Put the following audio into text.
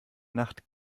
nacht